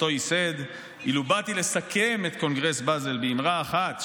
שאותו ייסד: "אילו באתי לסכם את קונגרס בזל באִמרה אחת,